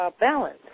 balance